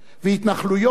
והתנחלויות